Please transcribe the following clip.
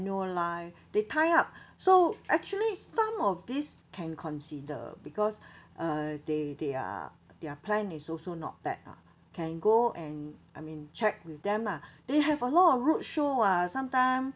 they tie up so actually some of this can consider because uh they they are their plan is also not bad lah can go and I mean check with them lah they have a lot of roadshow ah sometime